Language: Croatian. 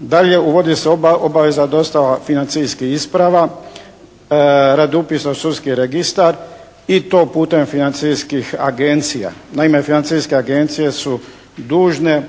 Dalje, uvodi se obaveza dostave financijskih isprava radi upisa u sudski registar i to putem financijskih agencija. Naime, financijske agencije su dužne